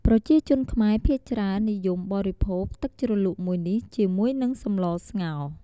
ប្រជាជនខ្មែរភាគច្រើននិយមបរិភោគទឹកជ្រលក់មួយនេះ ជាមួយនឹងសម្លស្ងោរ។